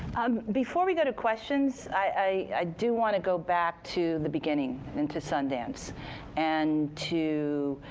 um before we go to questions, i do want to go back to the beginning and to sundance and to